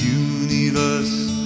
universe